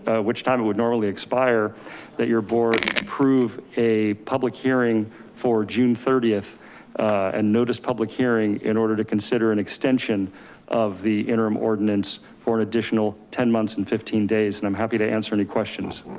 ah which time it would normally expire that your board approve a public hearing for june thirtieth and notice public hearing in order to consider an extension of the interim ordinance or an additional ten months and fifteen days. and i'm happy to answer any questions.